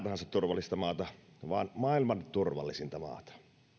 tahansa turvallista maata vaan maailman turvallisinta maata